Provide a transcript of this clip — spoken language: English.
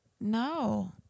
No